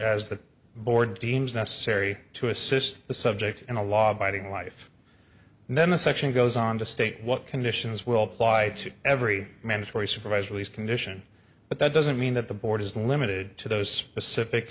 as the board deems necessary to assist the subject in a law abiding life and then the section goes on to state what conditions will apply to every mandatory supervised release condition but that doesn't mean that the board is limited to those specific